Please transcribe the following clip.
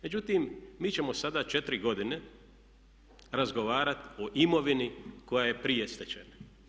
Međutim, mi ćemo sada 4 godine razgovarati o imovini koja je prije stečena.